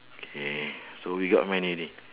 okay so we got how many already